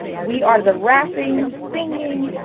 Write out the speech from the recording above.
we are the rapping, singing,